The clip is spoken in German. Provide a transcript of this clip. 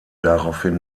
daraufhin